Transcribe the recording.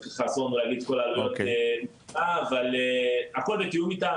אבל הכול בתיאום איתם,